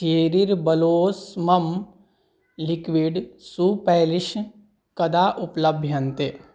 चेरिर्बलोस्मम् liquid shoe polish कदा उपलभ्यन्ते